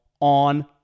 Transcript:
on